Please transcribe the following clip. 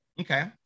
Okay